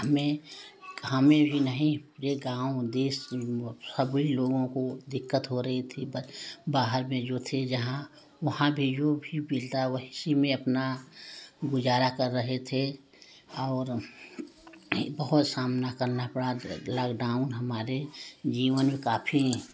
हमें हमें भी नहीं पूरे गाँव देश सभी लोगों को दिक्कत हो रही थी पर बाहर में जो थे जहाँ वहाँ भी जो भी मिलता उसी अपना गुजारा कर रहे थे और बहुत सामना करना पड़ा लॉकडाउन हमारे जीवन में काफ़ी